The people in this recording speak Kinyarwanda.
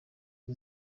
izi